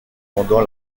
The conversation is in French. pendant